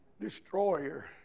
destroyer